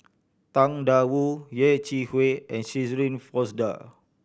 Tang Da Wu Yeh Chi Wei and Shirin Fozdar